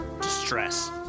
distress